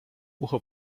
ucho